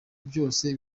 byose